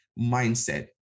mindset